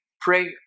prayer